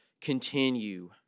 continue